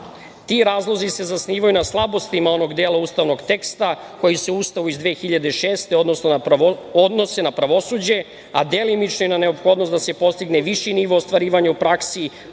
Ti razlozi se zasnivaju na slabostima onog dela ustavnog teksta koji se u Ustavu iz 2006. godine odnose na pravosuđe, a delimično i na neophodnost da se postigne viši nivo ostvarivanja u praksi,